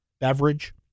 beverage